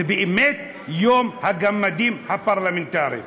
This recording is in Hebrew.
זה באמת יום הגמדים הפרלמנטריים.